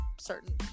certain